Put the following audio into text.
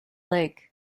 lake